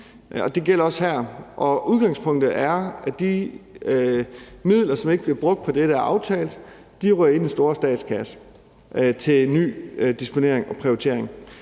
Det gælder også her. Udgangspunktet er, at de midler, som ikke bliver brugt på det, der er aftalt, ryger i den store statskasse til ny disponering og prioritering.